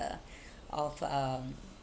the of um